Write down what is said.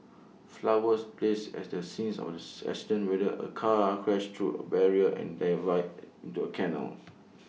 flowers placed at the scene of the accident where A car crashed through A barrier and dived into A canal